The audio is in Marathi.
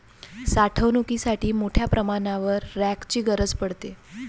साठवणुकीसाठी मोठ्या प्रमाणावर रॅकची गरज पडते